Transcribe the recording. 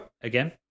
Again